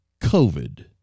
COVID